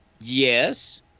yes